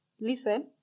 Listen